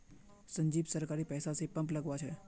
संजीव सरकारी पैसा स पंप लगवा छ